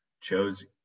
chose